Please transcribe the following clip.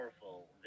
powerful